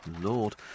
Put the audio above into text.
Lord